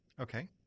Okay